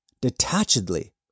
detachedly